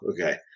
okay